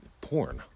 Porn